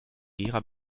gera